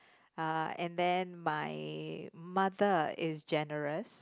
uh and then my mother is generous